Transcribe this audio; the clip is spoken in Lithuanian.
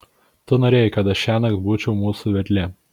tu norėjai kad aš šiąnakt būčiau mūsų vedlė